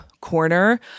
Corner